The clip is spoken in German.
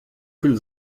viel